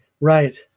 Right